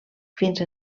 fins